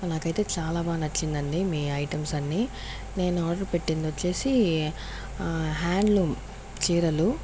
నాకైతే చాలా బాగా నచ్చింది అండి మీ ఐటమ్స్ అన్ని నేను ఆర్డర్ పెట్టింది వచ్చేసి హ్యాండ్లూమ్ చీరలు